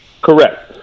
Correct